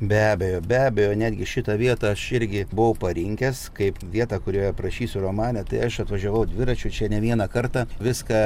be abejo be abejo netgi šitą vietą aš irgi buvau parinkęs kaip vietą kurioje aprašysiu romane tai aš atvažiavau dviračiu čia ne vieną kartą viską